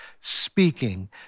speaking